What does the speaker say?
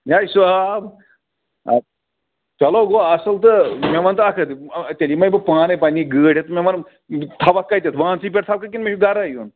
یا چھِ سُہ آب چلو گوٚو اَصٕل تہٕ مےٚ وَن تہٕ اکھ کَتھ تیٚلہِ یِمے بہٕ پانَے پَنٛنی گٲڑۍ بیٚتھ مےٚ وَنہٕ تھَوَکھ کَتٮ۪تھ وانسٕے پٮ۪ٹھ تھَوکھٕ کِنہٕ مےٚ چھُ گَرَے یُن